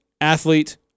athlete